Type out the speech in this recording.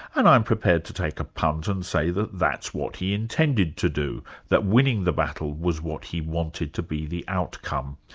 and i'm prepared to take a punt and say that that's what he intended to do, that winning the battle was what he wanted to be the outcome.